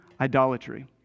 idolatry